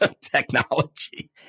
technology